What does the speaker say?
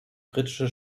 kritische